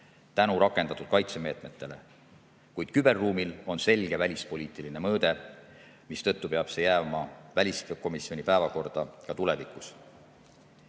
tänu rakendatud kaitsemeetmetele. Kuid küberruumil on selge välispoliitiline mõõde, mistõttu peab see jääma väliskomisjoni päevakorda ka tulevikus.